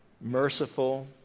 merciful